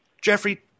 Jeffrey